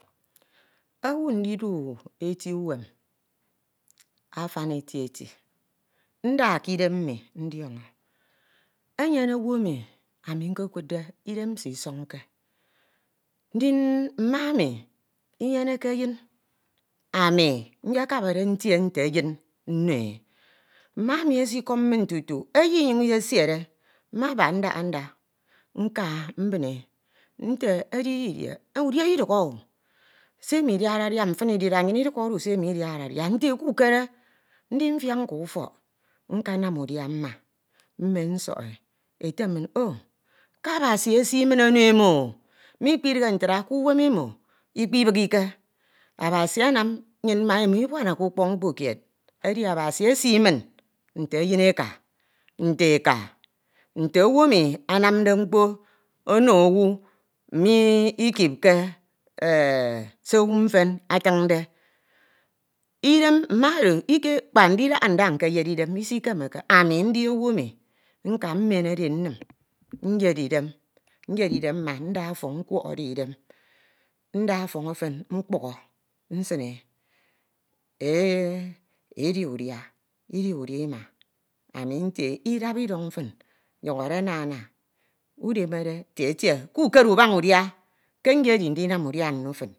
Owu ndidu eti uwem afan eti eti nda ke inem mmi ndiọñọ. Enyene owu emi nkekudde idem nsie isonke. Ndin mma enu inyeneke eyin. ami nyekabade ntie nte eyin nno e mma emi esikọm min tutu, eye inyuñ isesieke, mmabak ndahanda nka mbine e nte edi didie udia idukhọ-o se imo idiade oha mfin. idirianyin idukhodu se Imo idiade, nte kukere. Ndi mfiak nka ufọk nkanam udia mma mmen nsọke. Eye min o ke Abasi anam nnyin ma emo ibuanake ukpọk mkpo kied, edi Abasi esi min nte eyineka, nte eka, nte owu emi anamde mkpo ono owu mikipke se owu mfan atinde. Idam mme oro kpak ndidaha nda nkeyere isikemeke ami ndi owu eme nka mmenede e nnim nyed e idem, nyed idem mma nda nkwehede e idem, nda ofọñ efen mkpokho e nsine e o odia udia. idia udia ima ami nte idap idọñ fin nyọñode nama kukere utaña udia ke nyedi ndinam udia nno fio.